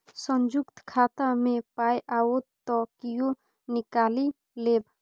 संयुक्त खाता मे पाय आओत त कियो निकालि लेब